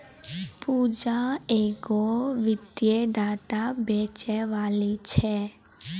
पूजा एगो वित्तीय डेटा बेचैबाली छै